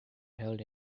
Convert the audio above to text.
held